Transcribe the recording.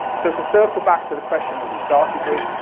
so to circle back to the question that we started with,